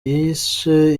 yishe